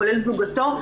כולל זוגתו,